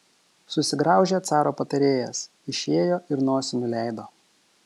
susigraužė caro patarėjas išėjo ir nosį nuleido